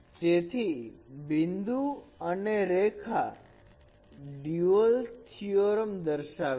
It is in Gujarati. તેથી બિંદુ અને રેખા ડ્યુઅલ થયોરમ દર્શાવે છે